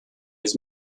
his